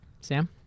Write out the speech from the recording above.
Sam